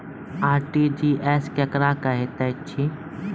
RTGS केकरा कहैत अछि?